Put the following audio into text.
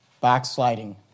backsliding